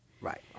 Right